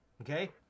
okay